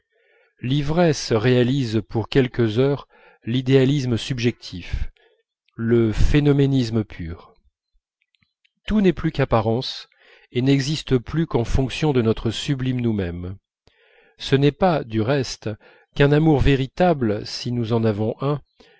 l'ivresse réalise pour quelques heures l'idéalisme subjectif le phénoménisme pur tout n'est plus qu'apparences et n'existe plus qu'en fonction de notre sublime nous-même ce n'est pas du reste qu'un amour véritable si nous en avons un